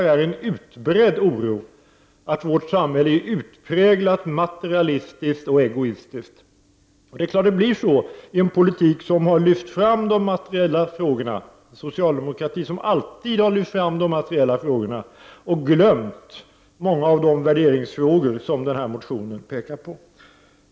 Det råder en utbredd oro över att vårt samhälle är utpräglat materialistiskt och egoistiskt. Det är klart att det blir så med en politik som har lyft fram de materiella frågorna — socialdemokratin har ju alltid poängterat de materiella frågorna — och glömt bort många av de värderingsfrågor som den här motionen behandlar.